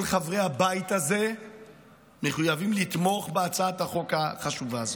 כל חברי הבית הזה מחויבים לתמוך בהצעת החוק החשובה הזאת.